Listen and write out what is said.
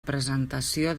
presentació